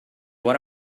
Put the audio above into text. what